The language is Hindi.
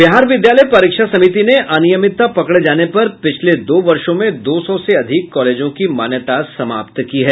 बिहार विद्यालय परीक्षा समिति ने अनियमितता पकड़े जाने पर पिछले दो वर्षो में दो सौ से अधिक कॉलेजों की मान्यता समाप्त की है